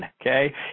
okay